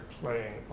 playing